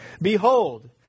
Behold